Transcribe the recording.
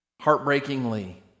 heartbreakingly